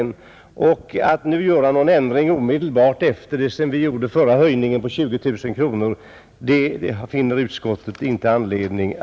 Utskottet finner inte anledning att nu — omedelbart efter den förra höjningen på 20 000 kronor — gå med på att göra någon ändring.